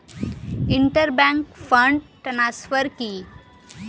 Inter bank fund transfer কি?